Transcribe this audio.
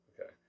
Okay